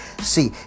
See